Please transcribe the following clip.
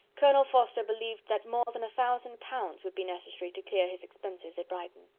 colonel forster believed that more than a thousand pounds would be necessary to clear his expenses at brighton.